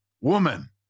woman